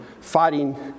fighting